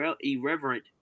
irreverent